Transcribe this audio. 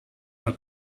are